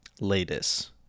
Latest